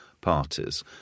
parties